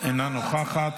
אינה נוכחת,